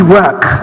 work